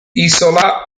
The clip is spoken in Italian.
isola